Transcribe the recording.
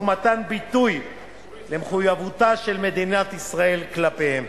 מתן ביטוי למחויבותה של מדינת ישראל כלפיהם.